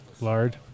Lard